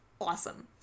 awesome